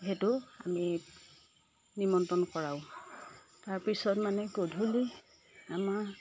সেইটো আমি নিমন্ত্ৰন কৰাওঁ তাৰ পিছত মানে গধূলি আমাৰ